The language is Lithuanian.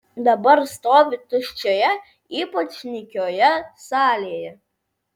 dabar stovi tuščioje ypač nykioje salėje